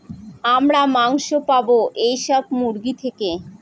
আমরা মাংস পাবো এইসব মুরগি থেকে